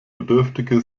bedürftige